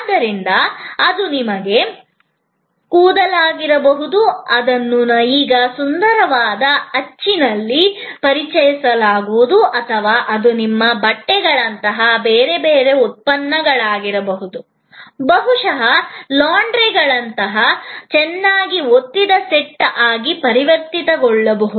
ಆದ್ದರಿಂದ ಅದು ನಿಮ್ಮ ಕೂದಲಾಗಿರಬಹುದು ಅದನ್ನು ಈಗ ಸುಂದರವಾದ ಅಚ್ಚಿನಲ್ಲಿ ಪರಿಹರಿಸಲಾಗುವುದು ಅಥವಾ ಅದು ನಿಮ್ಮ ಬಟ್ಟೆಗಳಂತಹ ಬೇರೆ ಬೇರೆ ಉತ್ಪನ್ನಗಳಾಗಿರಬಹುದು ಬಹುಶಃ ಲಾಂಡ್ರಿಗಳಿಂದ ಚೆನ್ನಾಗಿ ಒತ್ತಿದ ಸೆಟ್ ಆಗಿ ಪರಿವರ್ತನೆಗೊಳ್ಳಬಹುದು